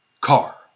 car